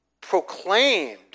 proclaimed